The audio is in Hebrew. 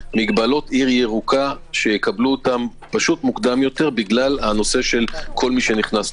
מגבלות עיר ירוקה שיקבלו אותם מוקדם יותר בגלל כל הנושא של כל מי שנכנס,